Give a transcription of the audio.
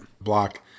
block